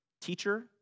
teacher